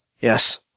Yes